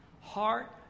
Heart